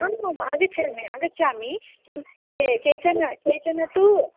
आमाम् आगच्छामि आगच्छामि किं के केचन केचन तु